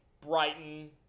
Brighton